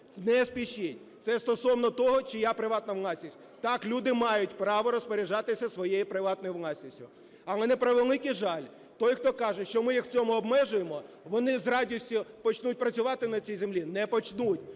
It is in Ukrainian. Не спішіть! Це стосовно того, чия приватна власність. Так, люди мають право розпоряджатися своєю приватною власністю. Але, на превеликий жаль, той, хто каже, що ми їх в цьому обмежуємо, вони з радістю почнуть працювати на цій землі. Не почнуть!